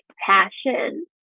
passion